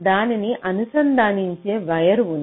దానిని అనుసంధానించే వైర్ ఉంది